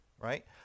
right